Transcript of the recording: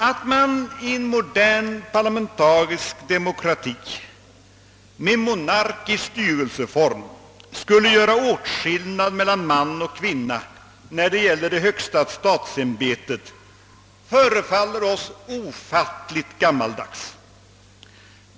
Att man i en modern parlamentarisk demokrati med monarkisk styrelseform skulle göra åtskillnad mellan man och kvinna, när det gäller det högsta statsämbetet, förefaller oss ofattligt gammaldags.